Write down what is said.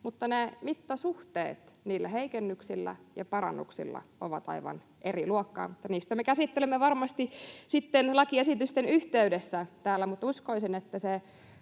mutta ne mittasuhteet niillä heikennyksillä ja parannuksilla ovat aivan eri luokkaa. Niitä me käsittelemme varmasti sitten lakiesitysten yhteydessä täällä, mutta uskoisin,